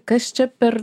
kas čia per